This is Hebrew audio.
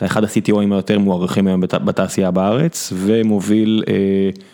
אתה אחד ה-CTOים היותר מוערכים היום בתעשייה בארץ ומוביל.